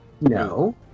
No